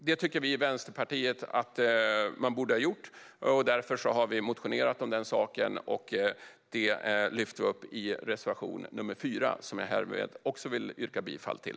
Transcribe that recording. Det tycker vi i Vänsterpartiet att man borde ha gjort. Därför har vi motionerat om den saken, och vi lyfter även upp det i reservation 4, som jag härmed vill yrka bifall till.